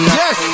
yes